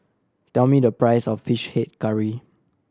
tell me the price of Fish Head Curry